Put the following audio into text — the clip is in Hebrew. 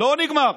לא נגמר.